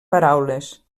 paraules